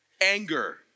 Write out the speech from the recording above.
Anger